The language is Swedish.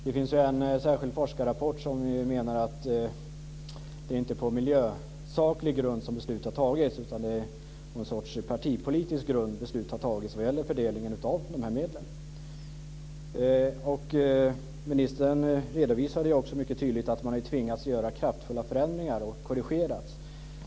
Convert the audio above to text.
Det finns en särskild forskarrapport i vilken man menar att det inte är på miljösaklig grund som beslut har fattats utan att det är på någon sorts partipolitisk grund som beslut har fattats när det gäller fördelningen av dessa medel. Ministern redovisade också mycket tydligt att man ju tvingas göra kraftfulla förändringar och korrigeringar.